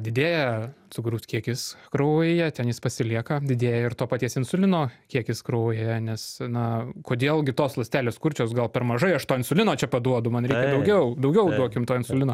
didėja cukraus kiekis kraujyje ten jis pasilieka didėja ir to paties insulino kiekis kraujyje nes na kodėl gi tos ląstelės kurčios gal per mažai aš to insulino čia paduodu man reikia daugiau daugiau duokim to insulino